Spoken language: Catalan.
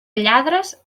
lladres